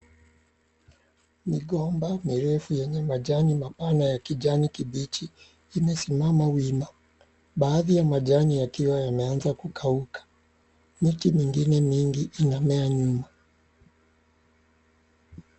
Migomba mirefu yenye majani mapana ya kijani kibichi imesimama wima, baadhi ya majani yakiwa yameanza kukauka. Miti mingine mingi inamea nyuma.